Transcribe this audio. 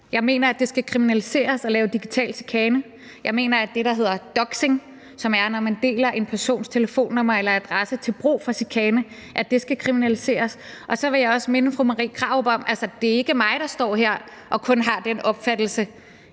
Jeg mener, at det skal kriminaliseres at lave digital chikane. Jeg mener, at det, der hedder doxing, som er, når man deler en persons telefonnummer eller adresse til brug for chikane, skal kriminaliseres. Så vil jeg også minde fru Marie Krarup om, at det ikke kun er mig, der står her og har den opfattelse,